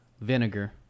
vinegar